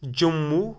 Jammu